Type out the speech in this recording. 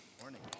morning